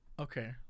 Okay